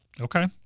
Okay